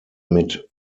mit